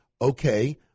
Okay